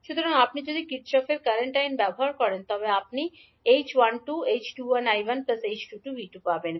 সুতরাং আপনি যদি কারশফের Kirchhoff's current কারেন্ট আইন ব্যবহার করেন তবে আপনি 2 𝐡21𝐈1 𝐡22𝐕2 পাবেন